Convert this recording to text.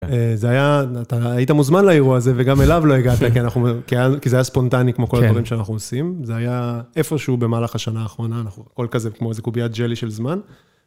זה היה, אתה היית מוזמן לאירוע הזה, וגם אליו לא הגעת, כי זה היה ספונטני כמו כל הדברים שאנחנו עושים, זה היה איפשהו במהלך השנה האחרונה, אנחנו... הכל כזה, כמו איזה קוביית ג'לי של זמן.